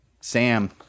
Sam